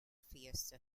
fiesta